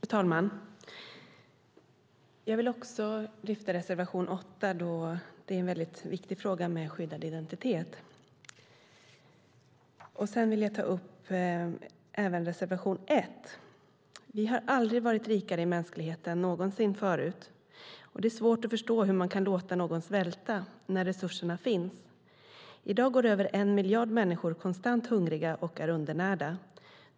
Fru talman! Jag vill lyfta fram reservation 8 eftersom frågan om skyddad identitet är väldigt viktig. Sedan vill jag även ta upp reservation 4. Vi har aldrig varit rikare i mänskligheten någonsin förut. Det är svårt att förstå hur man kan låta någon svälta när resurserna finns. I dag går över en miljard människor konstant hungriga och är undernärda.